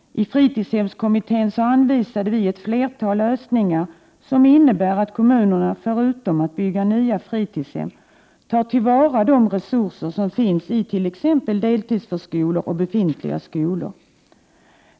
I fritidshemskommittén anvisade vi ett flertal lösningar som innebär att kommunerna förutom att bygga nya fritidshem tar till vara de resurser som finns i t.ex. deltidsförskolor och befintliga skolor.